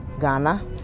Ghana